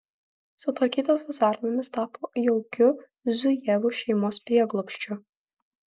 sutvarkytas vasarnamis tapo jaukiu zujevų šeimos prieglobsčiu